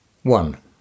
One